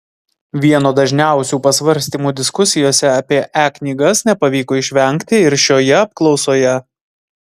vieno dažniausių pasvarstymų diskusijose apie e knygas nepavyko išvengti ir šioje apklausoje